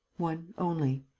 one only.